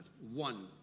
One